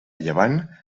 llevant